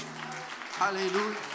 Hallelujah